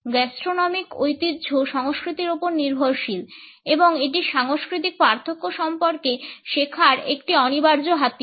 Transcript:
gastronomic ঐতিহ্য সংস্কৃতির উপর নির্ভরশীল এবং এটি সাংস্কৃতিক পার্থক্য সম্পর্কে শেখার একটি অনিবার্য হাতিয়ার